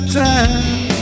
time